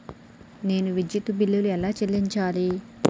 నేను విద్యుత్ బిల్లు ఎలా చెల్లించాలి?